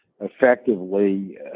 effectively